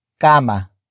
kama